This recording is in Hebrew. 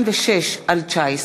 2006/19